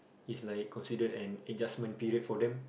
is like considered an adjustment period for them